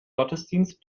gottesdienst